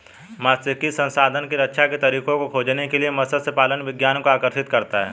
मात्स्यिकी संसाधनों की रक्षा के तरीकों को खोजने के लिए मत्स्य पालन विज्ञान को आकर्षित करता है